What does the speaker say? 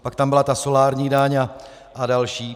Pak tam byla ta solární daň a další.